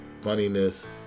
funniness